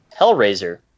Hellraiser